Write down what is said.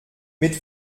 mit